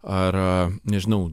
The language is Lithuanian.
ar nežinau